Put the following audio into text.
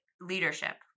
leadership